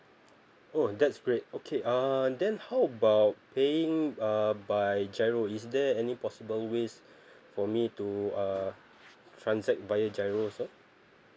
oh that's great okay uh then how about paying uh by giro is there any possible ways for me to uh transact via giro also